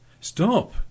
stop